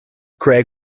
craig